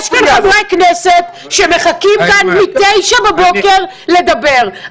יש כאן חברי כנסת שמחכים כאן מ-09:00 בבוקר לדבר.